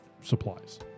supplies